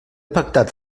pactat